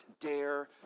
dare